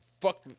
fuck